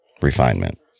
refinement